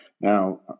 Now